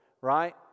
right